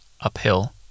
Uphill